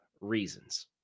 reasons